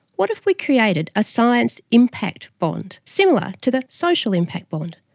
what if we created a science impact bond, similar to the social impact bond?